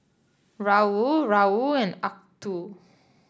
Raoul Raoul and Acuto